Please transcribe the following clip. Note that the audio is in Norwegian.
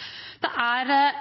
sosiale